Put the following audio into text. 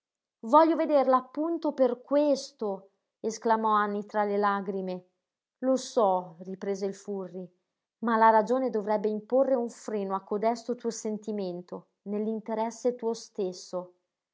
voglio vederla appunto per questo esclamò anny tra le lagrime lo so riprese il furri ma la ragione dovrebbe imporre un freno a codesto tuo sentimento nell'interesse tuo stesso